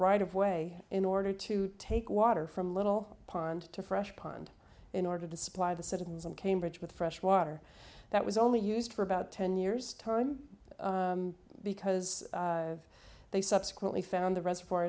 right of way in order to take water from little pond to fresh pond in order to supply the citizens in cambridge with fresh water that was only used for about ten years time because of they subsequently found